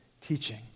teaching